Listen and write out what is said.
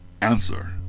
answer